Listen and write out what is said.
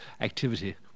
activity